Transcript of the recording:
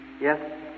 Yes